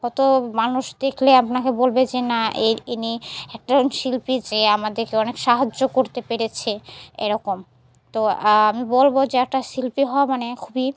কত মানুষ দেখলে আপনাকে বলবে যে না এ ইনি একটা এরকম শিল্পী যে আমাদেরকে অনেক সাহায্য করতে পেরেছে এরকম তো আমি বলব যে একটা শিল্পী হওয়া মানে খুবই